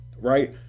right